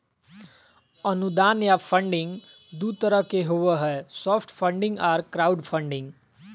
अनुदान या फंडिंग दू तरह के होबो हय सॉफ्ट फंडिंग आर क्राउड फंडिंग